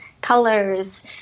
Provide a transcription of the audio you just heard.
colors